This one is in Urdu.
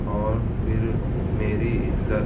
اور پہر میری عزت